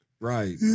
Right